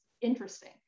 interesting